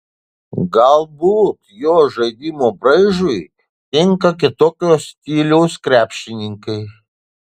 galbūt jo žaidimo braižui tinka kitokio stiliaus krepšininkai